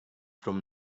from